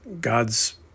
God's